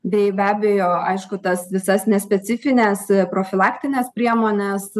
bei be abejo aišku tas visas nespecifines profilaktines priemones